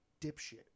dipshit